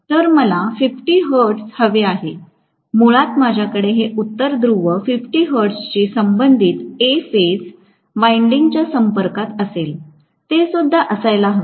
तर मला 50 हर्ट्ज हवे आहे मुळात माझ्याकडे हे उत्तर ध्रुव 50 हर्ट्जशी संबंधित ए फेज विंडिंगच्या संपर्कात असेल ते सुद्धा असायला हवे